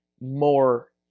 more